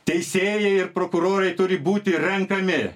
teisėjai ir prokurorai turi būti renkami